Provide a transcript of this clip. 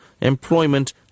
employment